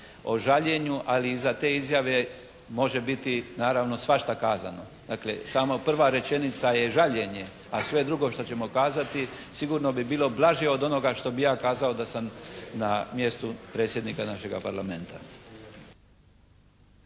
o žaljenju, ali iza te izjave može biti naravno svašta kazano. Dakle samo prva rečenica je žaljenje. A sve drugo što ćemo kazati sigurno bi bilo blaže od onoga što bih ja kazao da sam na mjestu predsjednika našega Parlamenta.